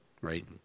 right